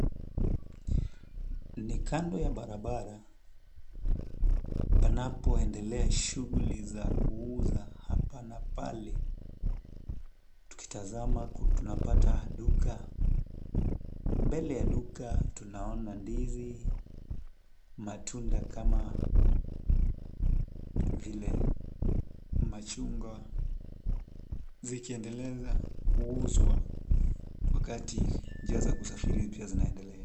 Ni kando ya barabara panapoendelea shughuli za kuuza hapa na pale. Tukitazama tunapata duka, mbele ya duka tunaona ndizi, matunda kama vile machungwa zikiendeleza kuuzwa wakati njia za kusafiri pia zinaendelea.